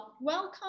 welcome